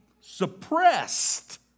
suppressed